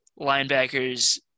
linebackers